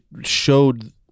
showed